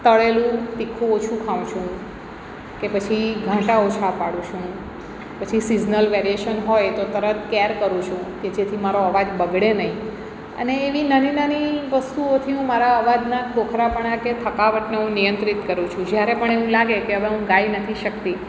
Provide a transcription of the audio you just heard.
તળેલું તીખું ઓછું ખાઉં છું હું કે પછી ઘાંટા ઓછા પાડુ છું હું પછી સિઝનલ વેરીએસન હોય તો તરત કેર કરું છું કે જેથી મારો અવાજ બગડે નહીં અને એવી નાની નાની વસ્તુઓથી હું મારા અવાજનાં ખોખરાપણા કે થકાવટને હું નિયંત્રિત કરું છું જ્યારે પણ એવું લાગે કે હવે હું ગાઈ નથી શકતી